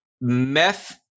meth